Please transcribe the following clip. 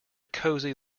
cosy